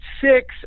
six